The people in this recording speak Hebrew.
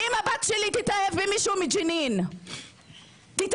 אם הבת שלי תתאהב במישהו מג'נין, תתאהב,